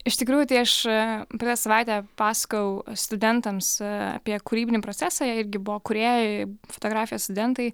iš tikrųjų tai aš prieš savaitę pasakojau studentams apie kūrybinį procesą jie irgi buvo kūrėjai fotografijos studentai